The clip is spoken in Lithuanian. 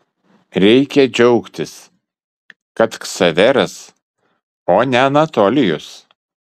reikia džiaugtis kad ksaveras o ne anatolijus